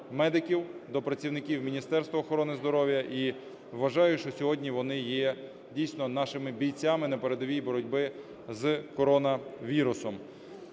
до працівників Міністерства охорони здоров'я і вважаю, що сьогодні вони є, дійсно, нашими бійцями на передовій боротьби з коронавірусом.